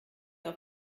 auf